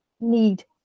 need